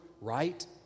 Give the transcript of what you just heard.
right